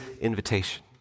invitation